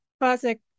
classic